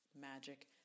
magic